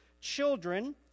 Children